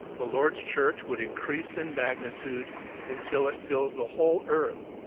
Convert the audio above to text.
the lord's church would increase in magnitude until it fills the whole earth,